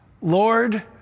Lord